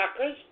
chakras